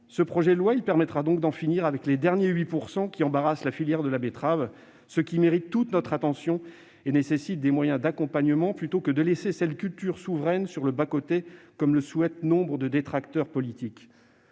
Ce projet de loi permettra donc d'en finir avec les derniers 8 % qui embarrassent la filière de la betterave. Cet effort mérite toute notre attention : mobilisons les moyens d'accompagnement nécessaires au lieu de laisser cette culture souveraine sur le bas-côté, comme le souhaitent nombre de détracteurs politiques.